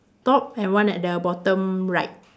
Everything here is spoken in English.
top and one at the bottom right